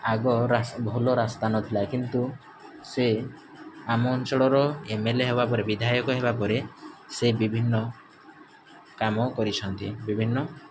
ଆଗ ରାସ ଭଲ ରାସ୍ତା ନଥିଲା କିନ୍ତୁ ସେ ଆମ ଅଞ୍ଚଳର ଏମ୍ ଏଲ୍ ଏ ହେବା ପରେ ବିଧାୟକ ହେବା ପରେ ସେ ବିଭିନ୍ନ କାମ କରିଛନ୍ତି ବିଭିନ୍ନ